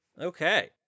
Okay